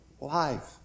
life